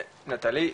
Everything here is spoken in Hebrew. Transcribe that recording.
נטלי,